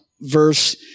verse